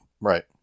Right